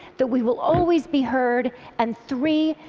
that we will always be heard and three,